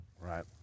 Right